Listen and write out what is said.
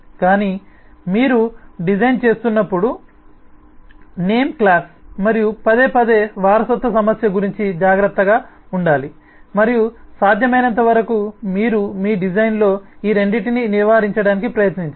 కానీ మీరు మీ డిజైన్ చేస్తున్నప్పుడు నేమ్ క్లాస్ మరియు పదేపదే వారసత్వ సమస్య గురించి జాగ్రత్తగా ఉండాలి మరియు సాధ్యమైనంతవరకు మీరు మీ డిజైన్లో ఈ రెండింటినీ నివారించడానికి ప్రయత్నించాలి